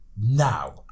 Now